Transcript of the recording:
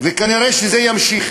וכנראה זה יימשך